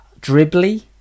dribbly